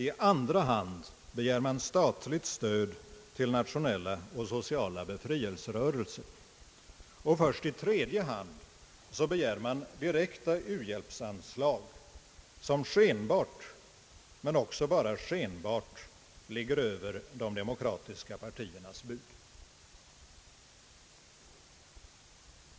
I andra hand begär man statligt stöd till nationella och sociala = befrielserörelser. Först i tredje hand begär man direkta u-hjälpsanslag som skenbart, men också bara skenbart, ligger över de demokratiska partiernas bud.